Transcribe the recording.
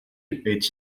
est